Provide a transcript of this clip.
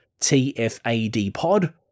TFADpod